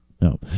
No